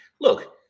look